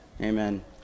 Amen